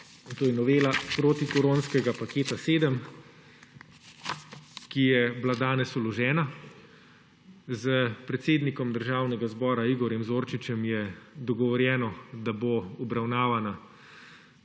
to je novela protikoronskega paketa sedem, ki je bila danes vložena. S predsednikom Državnega zbora Igorjem Zorčičem je dogovorjeno, da bo obravnavana